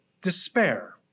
despair